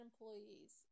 employees